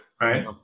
right